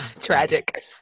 Tragic